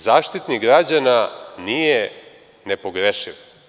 Zaštitnik građana nije nepogrešiv.